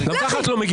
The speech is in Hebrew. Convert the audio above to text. לכי.